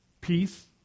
peace